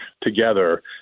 together